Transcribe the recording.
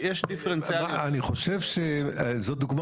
אני חושב שזו דוגמה